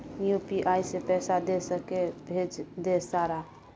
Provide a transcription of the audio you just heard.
UPI से पैसा दे सके भेज दे सारा?